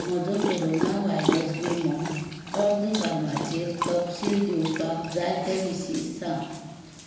म्हजो corona virus विमो अर्ज फर्माचेर तपशील दिवपाक जाय ते विशीं सांग